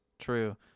true